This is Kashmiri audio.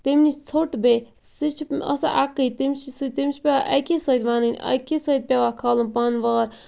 تمہِ نِش ژھوٚٹ بیٚیہِ سُہ چھِ آسا اَکے تم چھ سہٕ تم چھِ پیٚوان اَکی سۭتۍ وَنٕنۍ اَکی سۭتۍ پیٚوان کھالُن پَن وار